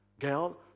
Girl